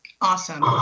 Awesome